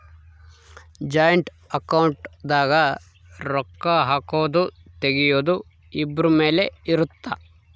joint account ದಾಗ ರೊಕ್ಕ ಹಾಕೊದು ತೆಗಿಯೊದು ಇಬ್ರು ಮೇಲೆ ಇರುತ್ತ